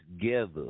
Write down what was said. together